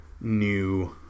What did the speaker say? new